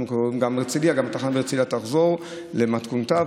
גם תחנת הרצליה תחזור למתכונתה,